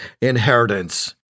inheritance